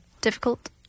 Difficult